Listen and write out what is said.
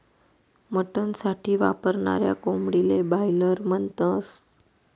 mutton साठी वापरनाऱ्या कोंबडीले बायलर म्हणतस